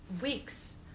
weeks